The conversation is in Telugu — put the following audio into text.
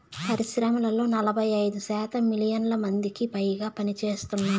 పరిశ్రమల్లో నలభై ఐదు శాతం మిలియన్ల మందికిపైగా పనిచేస్తున్నారు